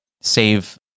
save